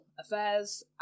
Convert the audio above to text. affairs